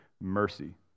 mercy